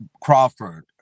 Crawford